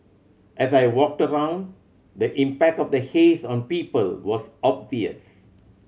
as I walked around the impact of the haze on people was obvious